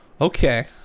okay